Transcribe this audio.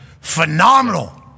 phenomenal